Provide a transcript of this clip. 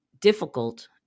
difficult